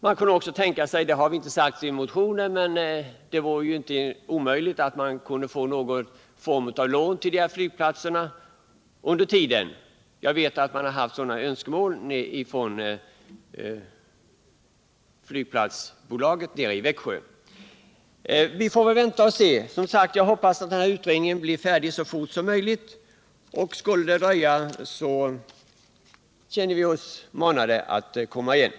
Man skulle också kunna tänka sig — det har vi inte sagt i motionen men det vore inte omöjligt — att ge någon form av lån till de här flygplatserna under den tid då utredning pågår. Jag vet att flygplatsbolaget nere i Växjö haft sådana önskemål. Vi får vänta och se vad som sker. Jag hoppas att utredningen blir färdig snarast. Vi känner oss manade att komma igen om resultatet skulle dröja.